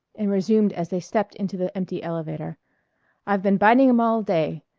and resumed as they stepped into the empty elevator i've been biting em all day.